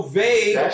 vague